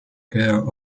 care